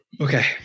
Okay